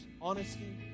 honesty